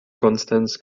constants